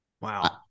Wow